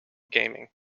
gaming